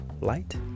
light